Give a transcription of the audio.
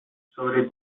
sobre